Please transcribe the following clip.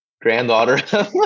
granddaughter